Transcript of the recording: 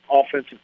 offensive